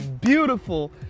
beautiful